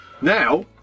Now